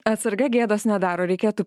atsarga gėdos nedaro reikėtų